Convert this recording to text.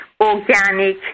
organic